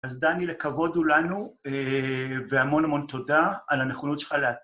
אז דני, לכבוד הוא לנו, והמון המון תודה על הנכונות שלך להת..